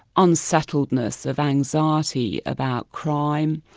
unsettledness, of anxiety about crime,